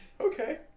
Okay